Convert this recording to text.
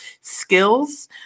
skills